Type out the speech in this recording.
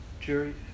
Jerry